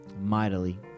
mightily